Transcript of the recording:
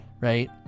Right